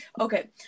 Okay